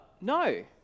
no